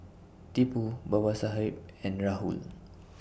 Tipu Babasaheb and Rahul